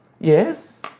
Yes